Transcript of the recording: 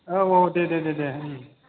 औ औ दे दे दे